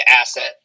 asset